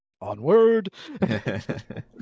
Onward